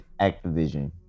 Activision